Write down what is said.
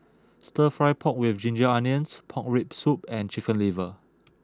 Stir Fry Pork with Ginger Onions Pork Rib Soup and Chicken Liver